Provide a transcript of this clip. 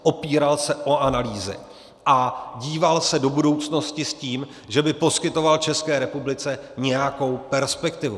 Opíral se o analýzy a díval se do budoucnosti s tím, že by poskytoval České republice nějakou perspektivu.